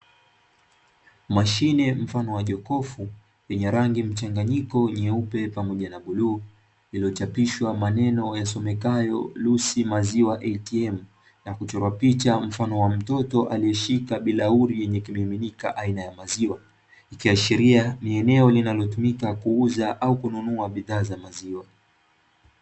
Mashine mfano wa jokofu lenye rangi mchanganyiko nyeupe pamoja na bluu lililochapishwa amneno yasomekayo Lucy maziwa ¨ATM¨ na kuchorwa picha mfano wa mtoto aliyeshika birauli yenye kimiminika aina ya mziwa, ikiashiria ni eneo linalotumika kuuza au kununua bidhaa za maziwa.